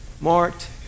marked